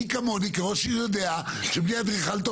מי כמוני כראש עיר יודע שבלי אדריכל טוב